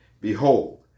Behold